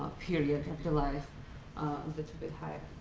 period, afterlife little bit higher.